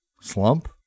Slump